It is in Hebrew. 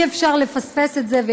אי-אפשר לפספס את זה.